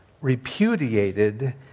repudiated